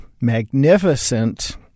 magnificent